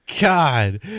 God